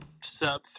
sub